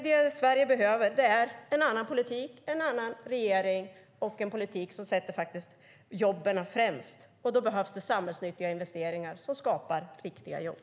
Det Sverige behöver är därför en annan regering med en annan politik som sätter jobben främst. Då behövs det samhällsnyttiga investeringar som skapar riktiga jobb.